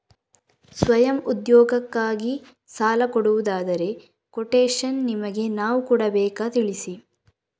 ಸ್ವಯಂ ಉದ್ಯೋಗಕ್ಕಾಗಿ ಸಾಲ ಕೊಡುವುದಾದರೆ ಕೊಟೇಶನ್ ನಿಮಗೆ ನಾವು ಕೊಡಬೇಕಾ ತಿಳಿಸಿ?